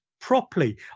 properly